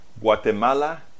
Guatemala